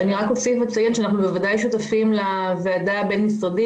אני אציין שבוודאי שאנחנו שותפים לוועדה הבין-משרדית